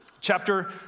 Chapter